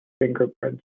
fingerprints